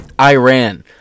Iran